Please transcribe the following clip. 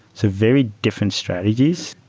so very different strategies,